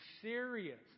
serious